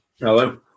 Hello